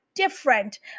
different